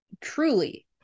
truly